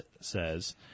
says